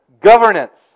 governance